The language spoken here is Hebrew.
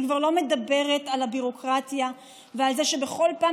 אני כבר לא מדברת על הביורוקרטיה ועל זה שבכל פעם